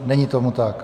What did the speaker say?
Není tomu tak.